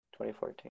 2014